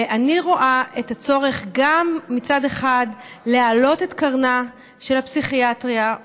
ואני רואה את הצורך מצד אחד להעלות את קרנה של הפסיכיאטריה,